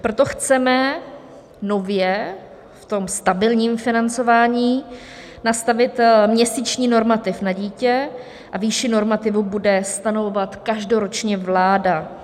Proto chceme nově v tom stabilním financování nastavit měsíční normativ na dítě a výši normativu bude stanovovat každoročně vláda.